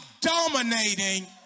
dominating